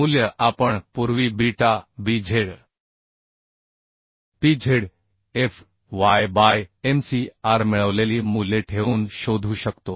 मूल्य आपण पूर्वी beta Bz pz fy by mcr मिळवलेली मूल्ये ठेवून शोधू शकतो